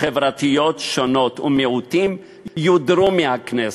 חברתיות שונות ומיעוטים יודרו מהכנסת.